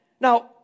Now